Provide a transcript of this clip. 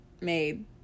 made